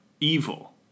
evil